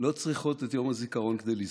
לא צריכות את יום הזיכרון כדי לזכור.